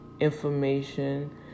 information